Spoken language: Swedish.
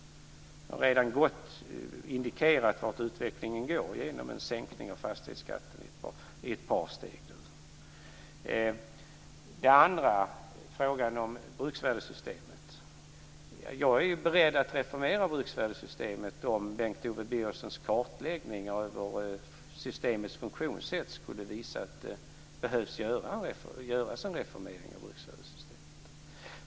Vi har redan indikerat vart utvecklingen går genom en sänkning av fastighetsskatten i ett par steg. När det gäller bruksvärdessystemet är jag beredd att reformera det om Bengt Owe Birgerssons kartläggningar över systemets funktionssätt skulle visa att det behövs en reformering av bruksvärdessystemet.